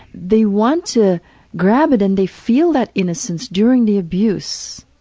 they want to grab it and they feel that innocence during the abuse,